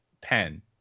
pen